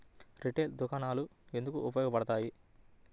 Retail దుకాణాలు ఎందుకు ఉపయోగ పడతాయి?